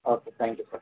okay thank you sir